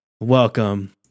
welcome